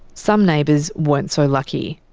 some neighbours weren't so lucky.